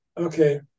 Okay